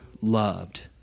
loved